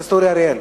אריאל?